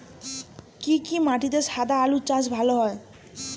কি কি মাটিতে সাদা আলু চাষ ভালো হয়?